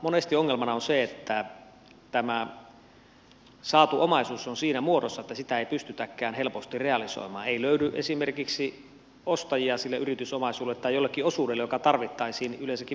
monesti ongelmana on se että tämä saatu omaisuus on siinä muodossa että sitä ei pystytäkään helposti realisoimaan ei löydy esimerkiksi ostajia sille yritysomaisuudelle tai jollekin osuudelle joka tarvittaisiin yleensäkin veron maksuun